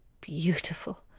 Beautiful